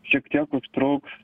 šiek tiek užtruks